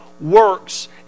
works